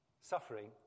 Suffering